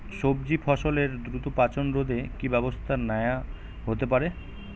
সবজি ফসলের দ্রুত পচন রোধে কি ব্যবস্থা নেয়া হতে পারে?